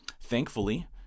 thankfully